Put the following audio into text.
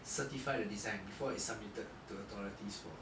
certify the design before it's submitted to authorities for